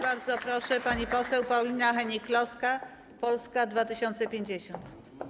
Bardzo proszę, pani poseł Paulina Hennig-Kloska, Polska 2050.